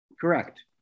Correct